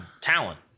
talent